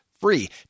free